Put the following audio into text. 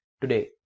today